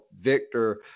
Victor